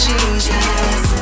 Jesus